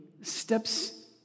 steps